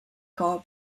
car